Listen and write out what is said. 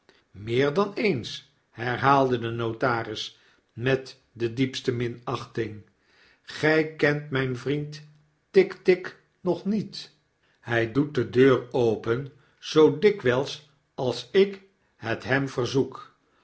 meer dan eens herhaalde de notaris met de diepste minachting gy kent mijn vriend tik tik nog niet hy doet de deur open zoo dikwyls als ik het hem verzoek